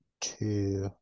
two